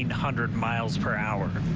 hundred miles per hour.